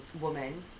woman